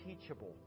teachable